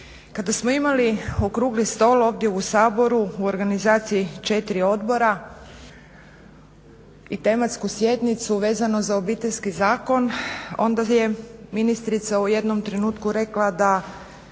Kada smo imali okrugli stol ovdje u Saboru u organizaciji 4 odbora i tematsku sjednicu vezano za Obiteljski zakon, onda je ministrica u jednom trenutku rekla da